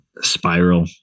spiral